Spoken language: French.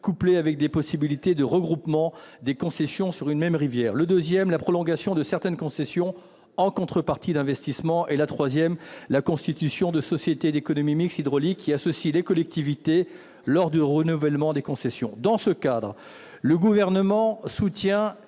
national, avec des possibilités de regroupement sur une même rivière ; en second lieu, la prolongation de certaines concessions, en contrepartie d'investissements ; en troisième lieu, la constitution de sociétés d'économie mixte hydrauliques associant les collectivités lors des renouvellements de concession. Dans ce cadre, le Gouvernement soutient